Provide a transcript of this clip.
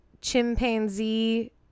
chimpanzee